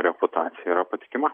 reputacija yra patikima